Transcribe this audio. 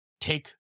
take